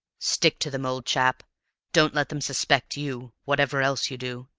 stick to them, old chap don't let them suspect you, whatever else you do.